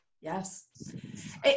Yes